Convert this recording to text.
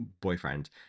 boyfriend